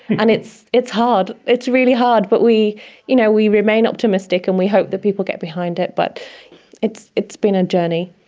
and it's it's hard, it's really hard, but we you know we remain optimistic and we hope that people get behind it. but it's it's been a journey.